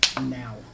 now